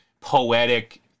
poetic